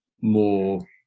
more